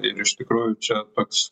ir iš tikrųjų čia toks